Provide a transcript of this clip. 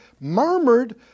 murmured